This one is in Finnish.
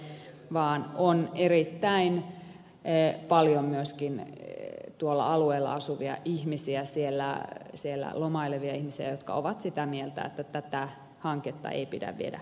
näinhän se ei ole vaan on erittäin paljon myöskin tuolla alueella asuvia ihmisiä siellä lomailevia ihmisiä jotka ovat sitä mieltä että tätä hanketta ei pidä viedä eteenpäin